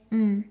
mm